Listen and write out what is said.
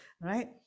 right